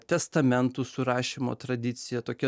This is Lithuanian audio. testamentų surašymo tradicija tokia